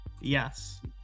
Yes